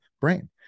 brain